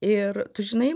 ir tu žinai